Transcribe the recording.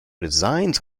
designs